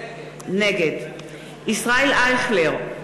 נגד ישראל אייכלר,